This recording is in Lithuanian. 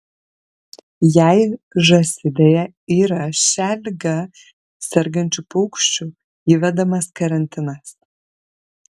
jei žąsidėje yra šia liga sergančių paukščių įvedamas karantinas